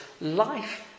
life